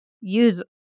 use